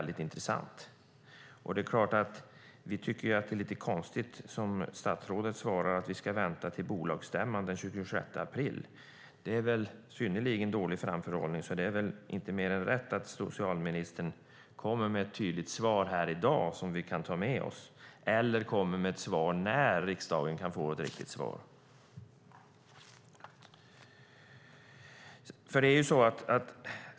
Det är klart att vi tycker att det är lite konstigt, som statsrådet svarar, att vi ska vänta till bolagsstämman den 26 april. Det är synnerligen dålig framförhållning. Det är väl inte mer än rätt att socialministern kommer med ett tydligt svar här i dag som vi kan ta med oss eller kommer med ett svar på när riksdagen kan få ett riktigt svar.